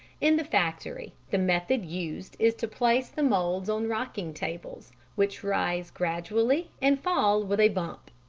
in the factory the method used is to place the moulds on rocking tables which rise gradually and fall with a bump.